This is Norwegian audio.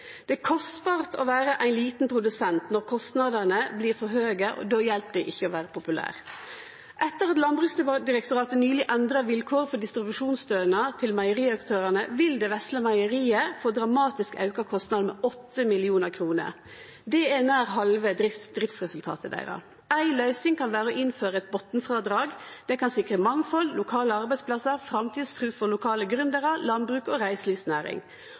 Det er kostbart å vere ein liten produsent, og når kostnadane blir for høge, hjelper det ikkje å vere populær. Etter at Landbruksdirektoratet nyleg endra vilkåra for distribusjonsstønad til meieriaktørane, vil det vesle meieriet få dramatisk auka kostnadar med 8 mill. kroner. Det er nær halve driftsresultatet deira. Ei løysing kan vere å innføre eit botnfrådrag. Det kan sikre mangfald, lokale arbeidsplassar og framtidstru for lokale gründarar, landbruk- og reiselivsnæring.